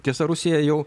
tiesa rusija jau